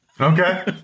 Okay